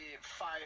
five